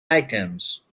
items